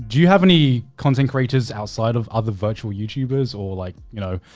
you have any content creators outside of other virtual youtubers or like, you know.